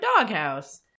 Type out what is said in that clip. doghouse